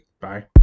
Bye